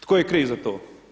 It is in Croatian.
Tko je kriv za to?